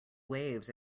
waves